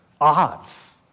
Odds